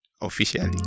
officially